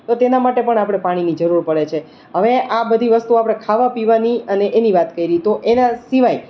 તો તેના માટે પણ આપણે પાણીની જરૂર પડે છે અવે આ બધી વસ્તુ આપણે ખાવા પીવાની અને એની વાત કરી તો એના સિવાય